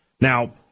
Now